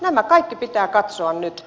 nämä kaikki pitää katsoa nyt